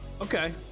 okay